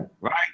Right